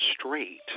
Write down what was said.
straight